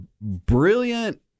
brilliant